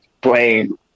playing